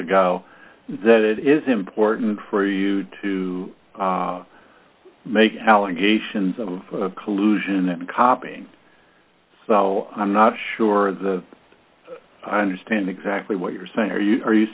ago that it is important for you to make allegations of collusion and copying so i'm not sure the i understand exactly what you're saying are you are you